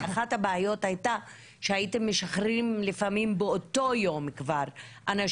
אחת הבעיות הייתה שהייתם משחררים לפעמים באותו יום אנשים